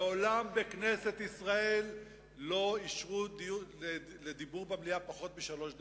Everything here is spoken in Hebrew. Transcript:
מעולם בכנסת ישראל לא אישרו דיבור במליאה פחות משלוש דקות.